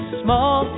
small